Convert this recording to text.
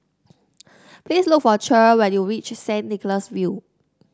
please look for Cher when you reach Saint Nicholas View